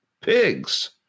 pigs